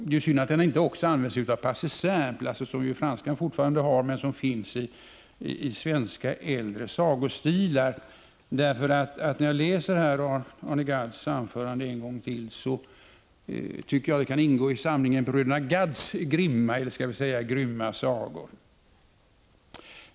Det är synd att han inte också använde sig av passé simple, som ju franskan fortfarande har men som i svenskan bara finns i äldre sagostilar. När jag läser Arne Gadds anförande en gång till tycker jag att det kunde ingå i Bröderna Gadds ”Grimma” Sagor.